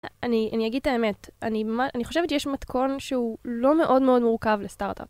אני אני אגיד את האמת, אני חושבת שיש מתכון שהוא לא מאוד מאוד מורכב לסטארט-אפ.